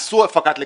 עשו הפקת לקחים.